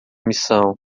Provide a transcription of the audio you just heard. missão